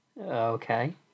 Okay